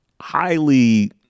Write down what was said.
highly